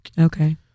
Okay